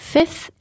Fifth